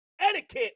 etiquette